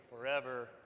forever